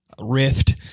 rift